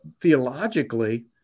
theologically